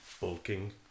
bulking